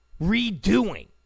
redoing